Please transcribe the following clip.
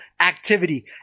activity